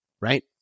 Right